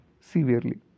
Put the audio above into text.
severely